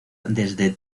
desde